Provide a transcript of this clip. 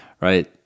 right